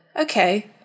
okay